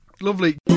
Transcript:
lovely